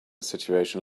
situation